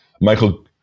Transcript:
michael